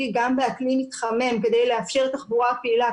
גם באקלים מתחמם כדי לאפשר תחבורה לקהילה,